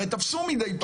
הרי תפסו מדי פעם.